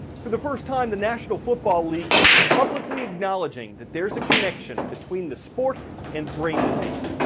for the first time, the national football league is publicly acknowledging that there's a connection between the sport and brain disease.